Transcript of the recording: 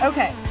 Okay